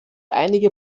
einige